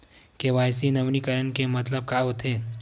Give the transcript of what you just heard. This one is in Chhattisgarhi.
के.वाई.सी नवीनीकरण के मतलब का होथे?